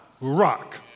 rock